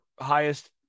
highest